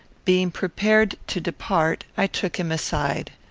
being prepared to depart, i took him aside.